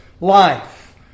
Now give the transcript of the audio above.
life